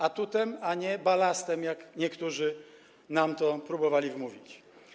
Atutem, a nie balastem, jak niektórzy nam to próbowali wmówić.